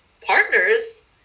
partners